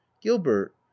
Gilbert